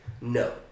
No